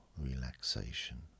relaxation